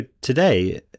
today